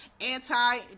anti